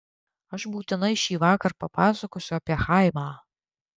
aš būtinai šįvakar papasakosiu apie chaimą